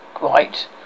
right